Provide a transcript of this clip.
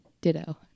Ditto